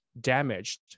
damaged